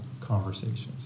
conversations